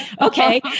okay